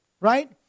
Right